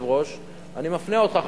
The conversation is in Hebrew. ואני מפנה אותך,